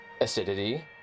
acidity